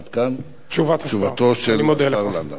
עד כאן תשובתו של השר לנדאו.